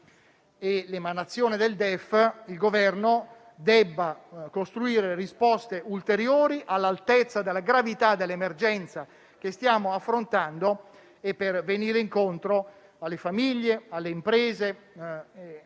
e l'emanazione del DEF, il Governo debba costruire risposte ulteriori all'altezza della gravità dell'emergenza che stiamo affrontando e per andare incontro alle famiglie, alle imprese,